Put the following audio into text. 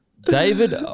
David